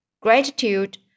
gratitude